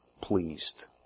pleased